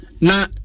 now